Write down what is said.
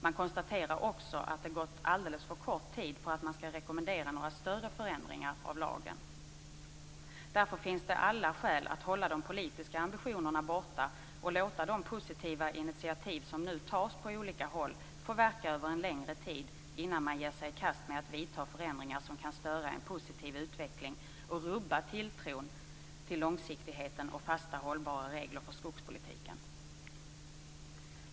Man konstaterar också att det gått alldeles för kort tid för att man skall rekommendera några större förändringar av lagen. Därför finns det alla skäl att hålla de politiska ambitionerna borta och låta de positiva initiativ som nu tas på olika håll få verka över en längre tid innan man ger sig i kast med att vidta förändringar som kan störa en positiv utveckling och rubba tilltron till långsiktigheten och fasta hållbara regler för skogspolitiken.